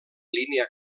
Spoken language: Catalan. línia